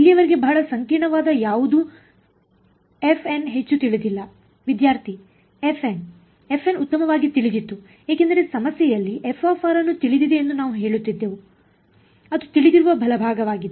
ಇಲ್ಲಿಯವರೆಗೆ ಬಹಳ ಸಂಕೀರ್ಣವಾದ ಯಾವುದೂ fn ಹೆಚ್ಚು ತಿಳಿದಿಲ್ಲ ವಿದ್ಯಾರ್ಥಿ fn fn ಉತ್ತಮವಾಗಿ ತಿಳಿದಿತ್ತು ಏಕೆಂದರೆ ಸಮಸ್ಯೆಯಲ್ಲಿ ಅನ್ನು ತಿಳಿದಿದೆ ಎಂದು ನಾವು ಹೇಳಿದ್ದೇವೆ ಅದು ತಿಳಿದಿರುವ ಬಲಭಾಗವಾಗಿದೆ